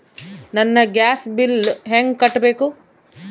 ನನ್ನ gas bill ಹೆಂಗ ಕಟ್ಟಬೇಕು?